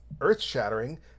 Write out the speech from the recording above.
earth-shattering